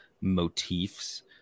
motifs